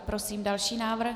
Prosím další návrh.